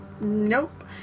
Nope